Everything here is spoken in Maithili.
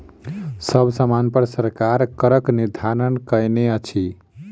सब सामानपर सरकार करक निर्धारण कयने अछि